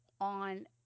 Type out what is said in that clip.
on